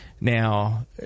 Now